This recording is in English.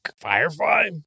firefly